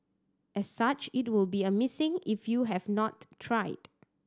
as such it will be a missing if you have not tried